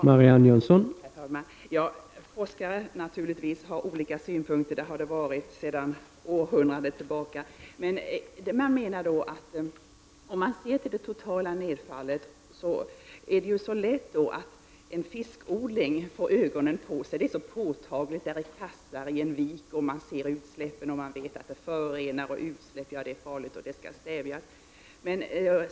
Herr talman! Forskare har naturligtvis olika synpunkter — så har det varit i århundraden. Men i en diskussion om det totala nedfallet är det lätt att en fiskodling får ögonen på sig, då den är påtaglig, med kassar i en vik, där utsläppen syns och man vet att de förorenar, är farliga och skall stävjas.